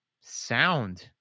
sound